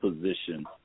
position